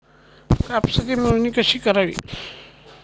कापसाची मोजणी कशी करावी?